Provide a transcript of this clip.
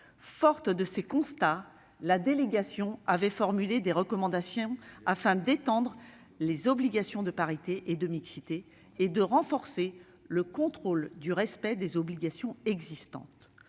Forte de ces constats, notre délégation avait formulé des recommandations afin d'étendre les obligations de parité et de mixité et de renforcer le contrôle du respect des obligations existantes.